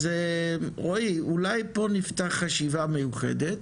אז רועי, אולי פה נפתח חשיבה מיוחדת,